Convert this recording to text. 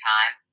Time